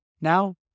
Now